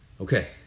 Okay